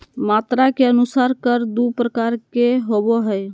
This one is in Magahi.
मात्रा के अनुसार कर दू प्रकार के होबो हइ